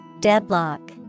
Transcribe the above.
Deadlock